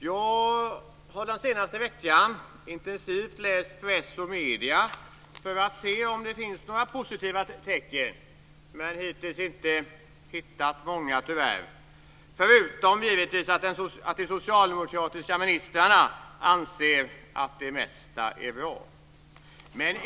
Jag har den senaste veckan intensivt läst press och medier för att se om det finns några positiva tecken men hittills tyvärr inte hittat många - förutom, givetvis, att de socialdemokratiska ministrarna anser att det mesta är bra.